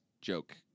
joke